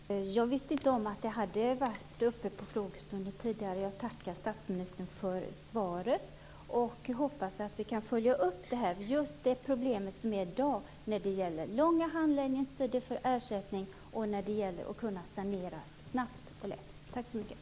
Herr talman! Jag visste inte om att frågan hade tagits upp på frågestunden tidigare. Jag tackar statsministern för svaret och hoppas att vi kan följa upp de problem som finns i dag när det gäller handläggningstider för ersättning och snabb och enkel sanering.